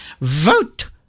Vote